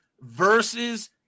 versus